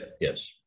Yes